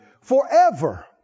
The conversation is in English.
Forever